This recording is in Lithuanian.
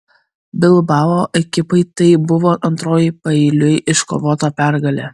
bilbao ekipai tai buvo antroji paeiliui iškovota pergalė